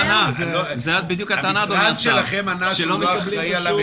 זאת בדיוק הטענה, שלא מקבלים שום עזרה.